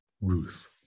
Ruth